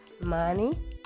money